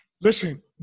Listen